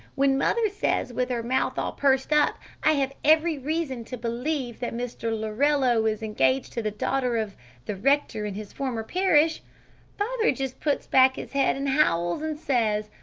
when mother says with her mouth all pursed up, i have every reason to believe that mr. lorello is engaged to the daughter of the rector in his former parish father just puts back his head and howls, and says,